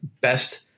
best